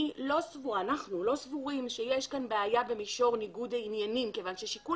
אנחנו לא סבורים שיש כאן בעיה במישור ניגוד העניינים כיוון ששיקול